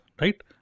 right